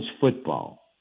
football